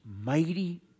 mighty